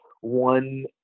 one